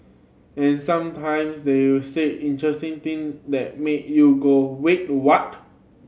and sometimes they say interesting thing that make you go wait to what